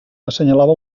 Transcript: assenyalava